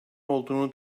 olduğunu